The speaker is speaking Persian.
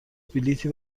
بلیطی